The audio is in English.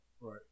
Right